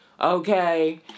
Okay